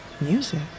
Music